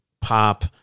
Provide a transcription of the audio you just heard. pop